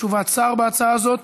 תשובת שר בהצעה זאת.